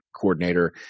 coordinator